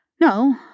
No